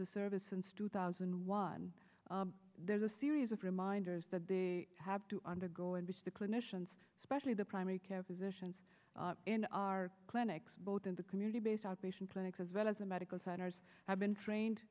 the service since two thousand and one there's a series of reminders that they have to undergo and which the clinicians especially the primary care physicians in our clinics both in the community based outpatient clinics as well as a medical centers have been trained